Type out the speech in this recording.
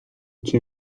cię